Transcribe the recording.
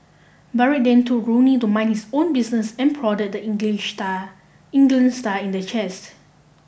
Barrett then told Rooney to mind his own business and prodded the English star England star in the chest